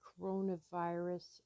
coronavirus